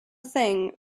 thing